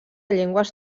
llengües